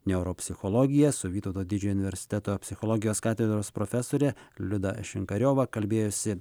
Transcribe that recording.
neuropsichologiją su vytauto didžiojo universiteto psichologijos katedros profesore liuda šinkariova kalbėjosi